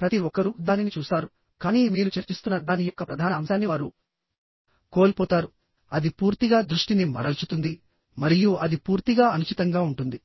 ప్రతి ఒక్కరూ దానిని చూస్తారు కానీ మీరు చర్చిస్తున్న దాని యొక్క ప్రధాన అంశాన్ని వారు కోల్పోతారుఅది పూర్తిగా దృష్టిని మరల్చుతుంది మరియు అది పూర్తిగా అనుచితంగా ఉంటుంది